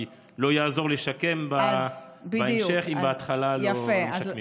כי לא יעזור לשקם בהמשך אם בהתחלה לא משקמים.